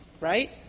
right